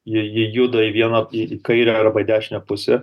ji ji juda į vieną į kairę arba į dešinę pusę